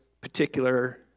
particular